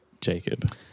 Jacob